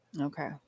Okay